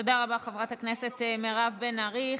תודה רבה, חברת הכנסת מירב בן ארי.